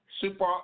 Super